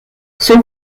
son